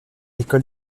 école